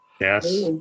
Yes